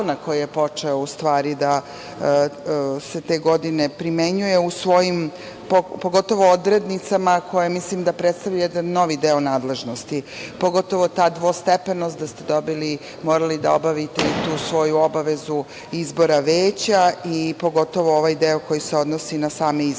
koji je počela, u stvari, da se primenjuje, pogotovo u svojim odrednicama koje mislim da predstavljaju jedan novi deo nadležnosti. Pogotovo ta dvostepenost da ste morali da obavite i tu svoju obavezu izbora Veća i pogotovo ovaj deo koji se odnosi na same